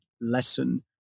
lesson